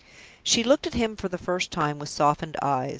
she looked at him for the first time with softened eyes.